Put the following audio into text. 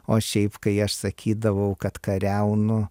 o šiaip kai aš sakydavau kad kariaunu